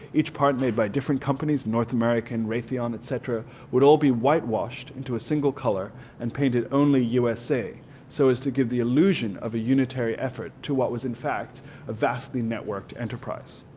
each part made by different companies north american raytheon, etcetera would all be whitewashed into a single color and painted only usa so as to give the illusion of a unitary effort to what was in fact a vastly networked enterprise.